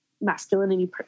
masculinity